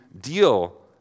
deal